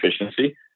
efficiency